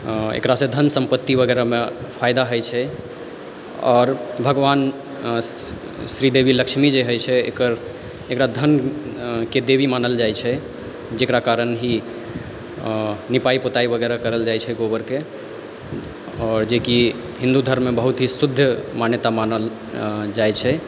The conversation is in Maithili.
एकरासँ धन सम्पत्ति वगैरहमे फायदा होइ छै आओर भगवान श्रीदेवी लक्ष्मी जे होइ छै एकर एकरा धनके देवी मानल जाइ छै जकरा कारण ही निपाइ पुताई वगैरह करल जाइ छै गोबरके आओर जेकि हिन्दू धर्ममे बहुत ही शुद्ध मान्यता मानल जाइ छै